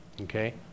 Okay